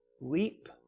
leap